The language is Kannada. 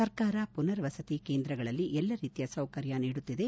ಸರ್ಕಾರ ಪುನರ್ ವಸತಿ ಕೇಂದ್ರಗಳಲ್ಲಿ ಎಲ್ಲಾ ರೀತಿಯ ಸೌಕರ್ಯ ನೀಡುತ್ತಿದೆ